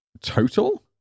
total